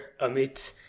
Amit